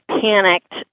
panicked